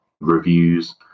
reviews